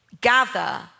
gather